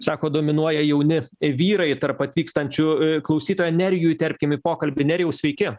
sako dominuoja jauni vyrai tarp atvykstančių klausytoją nerijų įterpkim į pokalbį nerijau sveiki